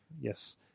Yes